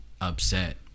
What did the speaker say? upset